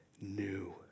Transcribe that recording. new